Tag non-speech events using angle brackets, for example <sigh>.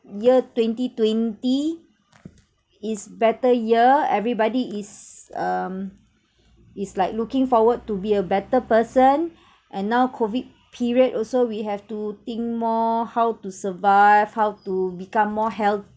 year twenty twenty is better year everybody is um is like looking forward to be a better person <breath> and now COVID period also we have to think more how to survive how to become more healthy